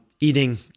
eating